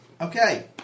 Okay